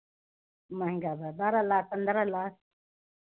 महंगा बारह लाख पन्द्रह लाख